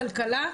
כלכלה,